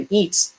eats